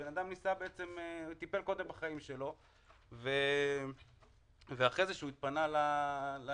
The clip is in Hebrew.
בן אדם טיפל קודם בחיים שלו ואחרי שהוא התפנה לתביעה,